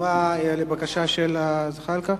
מסכימה לבקשה של זחאלקה?